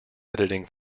editing